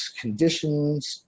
conditions